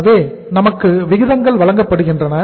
எனவே நமக்கு விகிதங்கள் வழங்கப்படுகின்றன